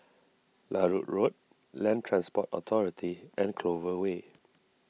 Larut Road Land Transport Authority and Clover Way